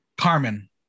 Carmen